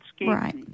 Right